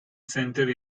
center